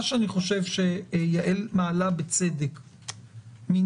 מה שאני חושב שיעל מעלה בצדק מניסיונה,